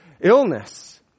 illness